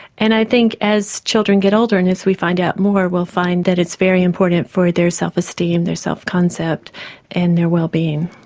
and i think as children get older and as we find out more, we'll find that it's very important for their self-esteem and self-concept and their wellbeing.